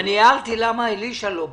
אני הערתי ושאלתי למה אלישע לא בא.